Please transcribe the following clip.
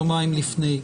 יום לפני.